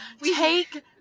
take